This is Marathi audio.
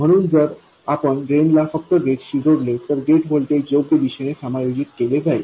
म्हणून जर आपण ड्रेनला फक्त गेटशी जोडले तर गेट व्होल्टेज योग्य दिशेने समायोजित केले जाईल